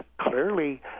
clearly